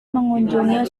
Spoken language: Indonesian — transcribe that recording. mengunjungi